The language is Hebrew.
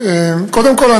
קודם כול,